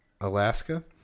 Alaska